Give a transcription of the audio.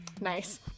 nice